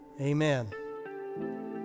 amen